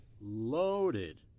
Loaded